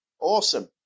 awesome